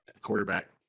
quarterback